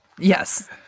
Yes